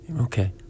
Okay